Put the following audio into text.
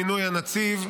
מינוי הנציב)